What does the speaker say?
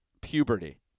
puberty